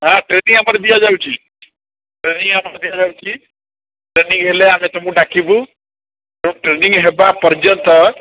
ହଁ ଟ୍ରେନିଙ୍ଗ୍ ଆମର ଦିଆଯାଉଛି ଟ୍ରେନିଙ୍ଗ୍ ଆମର ଦିଆଯାଉଛି ଟ୍ରେନିଙ୍ଗ୍ ହେଲେ ଆମେ ତୁମକୁ ଡାକିବୁ ତ ଟ୍ରେନିଙ୍ଗ୍ ହେବା ପର୍ଯ୍ୟନ୍ତ